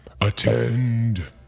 Attend